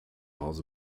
hause